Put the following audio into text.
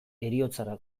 heriotzara